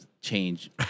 change